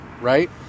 right